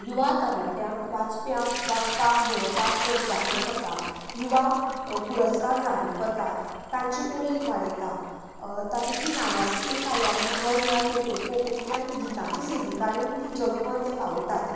युवा तरणाट्याक वाचप्यांक वाचपाक बरोवपाक प्रोत्साहन करता युवा पुरस्कार जाहीर करतात तांची उमेद वाडयता तातूंतली नांवाजती एक कार्यावळ म्हळ्यार पेटूल कोंकणीतल्यान गितांची सी डी काडून ती जगभर ती पावयतात